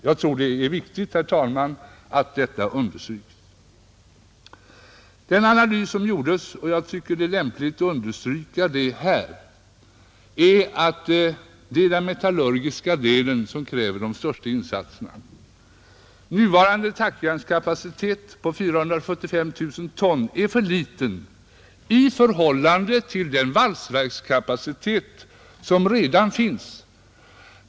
Jag tror det är viktigt, herr talman, att detta understryks. Den analys som gjordes — och jag tycker det är lämpligt att betona det här — visar att det är den metallurgiska delen som kräver de största insatserna. Nuvarande tackjärnskapacitet på 475 000 ton är för liten i förhållande till den valsverkskapacitet som redan finns.